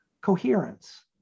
coherence